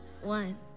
one